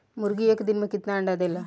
मुर्गी एक दिन मे कितना अंडा देला?